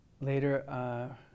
later